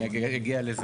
אני אגיע לזה.